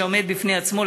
שעומד בפני עצמו,